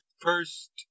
first